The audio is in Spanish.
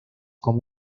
como